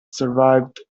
survived